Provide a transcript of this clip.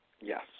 Yes